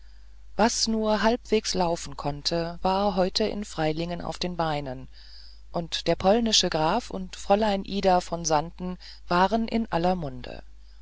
was nur halbwegs laufen konnte war heute in freilingen auf den beinen und der polnische graf und fräulein ida von sanden waren in aller mund